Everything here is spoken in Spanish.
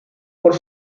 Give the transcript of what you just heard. por